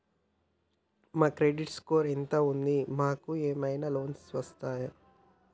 మా credit score ఎంత ఉంది? మాకు ఏమైనా లోన్స్ వస్తయా?